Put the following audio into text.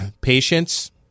Patience